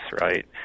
right